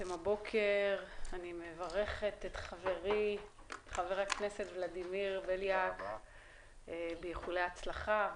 אני מברכת את חברי חבר הכנסת ולדימיר בליאק באיחולי הצלחה.